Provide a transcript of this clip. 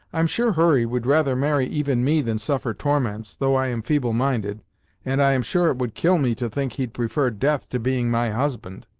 i'm sure hurry would rather marry even me than suffer torments, though i am feeble minded and i am sure it would kill me to think he'd prefer death to being my husband.